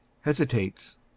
hesitates